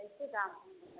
कैसे दाम